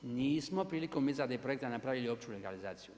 Nismo prilikom izrade projekata napravili opću legalizaciju.